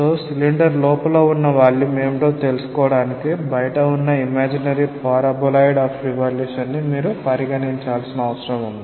కాబట్టి సిలిండర్ లోపల ఉన్న వాల్యూమ్ ఏమిటో తెలుసుకోవడానికి బయట ఉన్నఇమాజినరీ పారాబొలాయిడ్ ఆఫ్ రివాల్యూషన్ ని మీరు పరిగణించాల్సిన అవసరం ఉంది